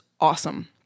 awesome